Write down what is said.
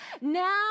now